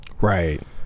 Right